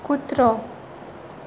कुत्रो